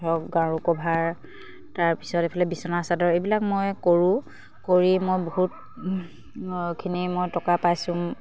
ধৰক গাৰু কভাৰ তাৰপিছত এইফালে বিচনা চাদৰ এইবিলাক মই কৰোঁ কৰি মই বহুতখিনি মই টকা পাইছোঁ